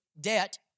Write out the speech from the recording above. debt